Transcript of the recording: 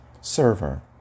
server